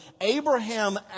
Abraham